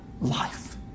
life